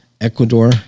Ecuador